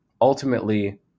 Ultimately